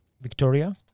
Victoria